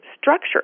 structure